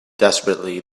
desperately